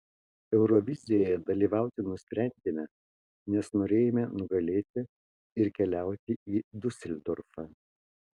eurovizijoje dalyvauti nusprendėme nes norėjome nugalėti ir keliauti į diuseldorfą